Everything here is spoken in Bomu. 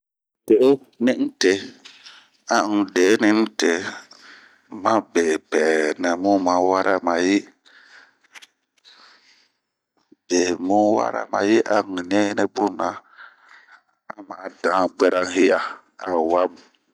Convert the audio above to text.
N'de'eni n'te ,de'eninte ma be pɛɛ nɛɛ bunh ma wara ma yi. Bie mu wara mayi an dan guɛra n'hia, a wamu.